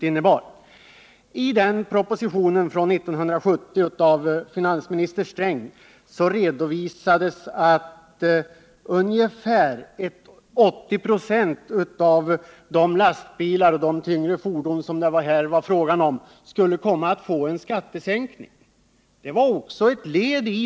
I propositionen från 1970 av finansministern Gunnar Sträng redovisades att ungefär 80 96 av de lastbilar och tyngre fordon det här var fråga om skulle komma att få en skattesänkning.